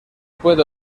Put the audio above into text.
puede